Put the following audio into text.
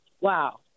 Wow